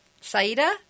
Saida